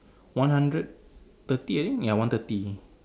one hundred thirty I think ya one thirty